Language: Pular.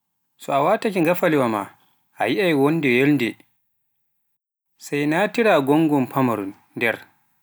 So a wataake ngafalewa maa, a hiaai wonde yolnde, sai natiraa ngongol famarun nder.